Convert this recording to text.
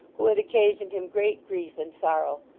who had occasioned him great grief and sorrow.